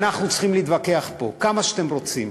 אנחנו יכולים להתווכח פה כמה שאתם רוצים,